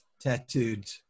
tattooed